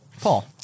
Paul